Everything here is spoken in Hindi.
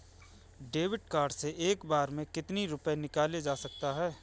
डेविड कार्ड से एक बार में कितनी रूपए निकाले जा सकता है?